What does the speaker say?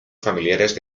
familiares